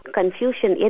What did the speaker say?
confusion